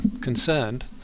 concerned